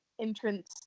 entrance